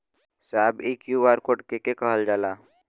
साहब इ QR code के के कहल जाला?